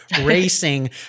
racing